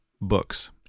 books